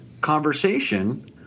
conversation –